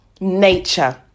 nature